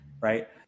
right